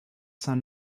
son